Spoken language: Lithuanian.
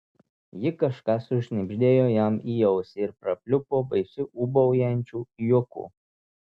ji kažką sušnibždėjo jam į ausį ir prapliupo baisiu ūbaujančiu juoku